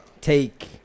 take